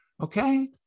Okay